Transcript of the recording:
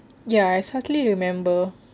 ya I suddenly remember